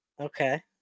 Okay